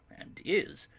and is,